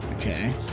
Okay